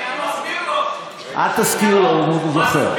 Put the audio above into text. אני רק מזכיר לו, אל תזכיר לו, הוא זוכר.